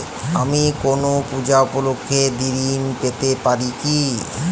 আমি কোনো পূজা উপলক্ষ্যে ঋন পেতে পারি কি?